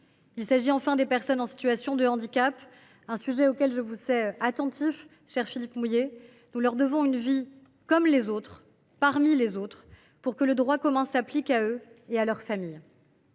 vieillissement. Aux personnes en situation de handicap – un sujet auquel je vous sais attentif, cher Philippe Mouiller –, nous devons enfin une vie comme les autres, parmi les autres, pour que le droit commun s’applique à eux et à leur famille.